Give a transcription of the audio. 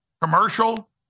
Commercial